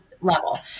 level